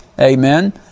Amen